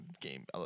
game